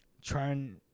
trying